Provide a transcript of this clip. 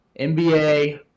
NBA